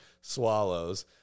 swallows